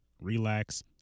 relax